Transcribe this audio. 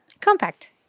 compact